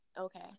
Okay